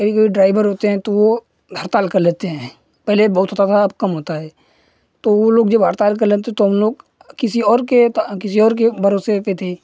कभी कभी ड्राइवर होते हैं तो हड़ताल कर लेते हैं पहले बहुत होता था अब कम होता है तो वह लोग जब हड़ताल कर लेते हैं तो हमलोग किसी और के तो किसी और के भरोसे पर थे